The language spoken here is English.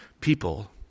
people